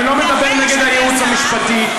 אני לא מדבר נגד הייעוץ המשפטי.